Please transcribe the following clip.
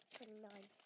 Twenty-nine